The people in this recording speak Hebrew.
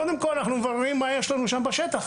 קודם כל אנחנו מבררים מה יש לנו שם, בשטח;